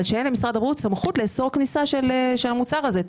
אבל שאין למשרד הבריאות סמכות לאסור כניסה של המוצר הזה.